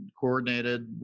coordinated